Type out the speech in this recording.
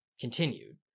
continued